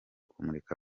kumurika